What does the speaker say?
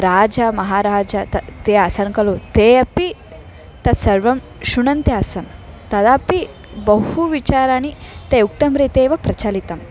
राजा महाराजा त ते आसन् खलु ते अपि तत्सर्वं शृण्वन्ति आसम् तदापि बहु विचाराणि ते उत्तमरीत्या एव प्रचलितम्